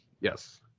yes